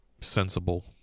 sensible